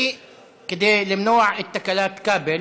כדי למנוע את תקלת כבל